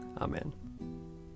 Amen